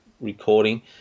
recording